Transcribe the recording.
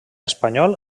espanyol